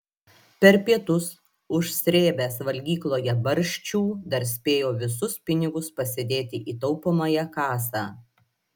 per pietus užsrėbęs valgykloje barščių dar spėjo visus pinigus pasidėti į taupomąją kasą